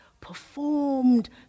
performed